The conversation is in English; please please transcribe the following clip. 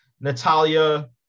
Natalia